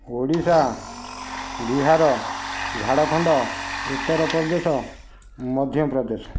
Odisha Bihar Jharkhand Uttar Pradesh Madhya Pradesh